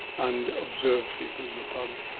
and observe people in the pub.